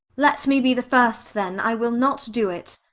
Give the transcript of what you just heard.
let me be the first, then. i will not do it.